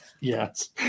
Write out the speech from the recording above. Yes